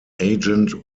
agent